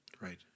Right